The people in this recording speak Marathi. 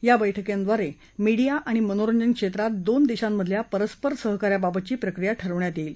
या बैठकांब्रारे मीडीया आणि मंनोरजन क्षेत्रात दोन देशांमधल्या परस्पर सहकार्याबाबतची प्रक्रिया ठरवण्यात येईल